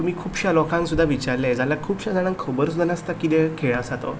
तुमी खुबशा लोकांक सुद्दां विचारलें जाल्यार खुबशे जाणांक खबरूच नासता किदें खेळ आसा तो